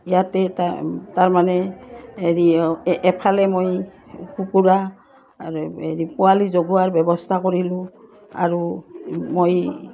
ইয়াতে তাৰ তাৰমানে হেৰি এফালে মই কুকুৰা আৰু হেৰি পোৱালি জগোৱাৰ ব্যৱস্থা কৰিলোঁ আৰু মই